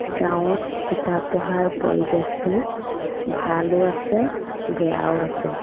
গাঁৱত কিতাপ পঢ়াৰ পৰিৱেশটো ভালো আছে বেয়াও আছে